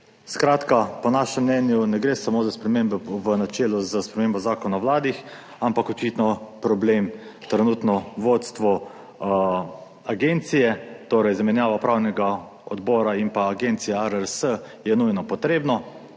Skratka, po našem mnenju ne gre samo za spremembe v načelu s spremembo Zakona o Vladi, ampak je očitno problem trenutno vodstvo agencije, torej zamenjava upravnega odbora in agencije ARRS je nujno potrebna,